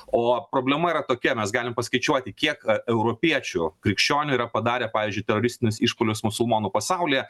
o problema yra tokia mes galim paskaičiuoti kiek europiečių krikščionių yra padarę pavyzdžiui teroristinius išpuolius musulmonų pasaulyje